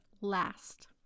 last